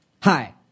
hi